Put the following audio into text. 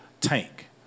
tank